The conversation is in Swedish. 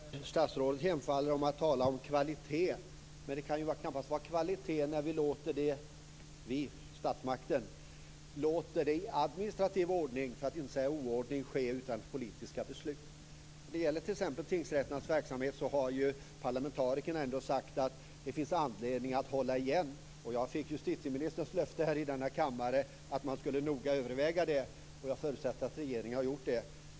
Fru talman! Statsrådet hemfaller till att tala om kvalitet, men det kan ju knappast vara kvalitet när vi, statsmakten, låter det ske i administrativ ordning, för att inte säga oordning, utan politiska beslut. När det gäller t.ex. tingsrätternas verksamhet har ju parlamentarikerna sagt att det finns anledning att hålla igen. Jag fick justitieministerns löfte här i denna kammare att man noga skulle överväga det, och jag förutsätter att regeringen har gjort det.